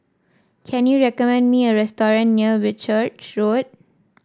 can you recommend me a restaurant near Whitchurch Road